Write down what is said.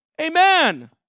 Amen